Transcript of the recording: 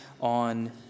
on